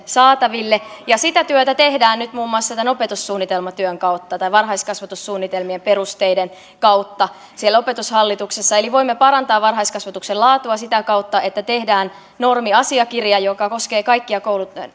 saataville ja sitä työtä tehdään nyt muun muassa opetussunnitelmatyön kautta tai varhaiskasvatussuunnitelmien perusteiden kautta opetushallituksessa eli voimme parantaa varhaiskasvatuksen laatua sitä kautta että tehdään normiasiakirja joka koskee kaikkia